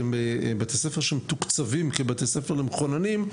שהם בתי ספר שמתוקצבים כבתי ספר למחוננים.